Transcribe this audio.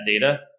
data